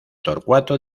torcuato